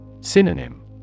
Synonym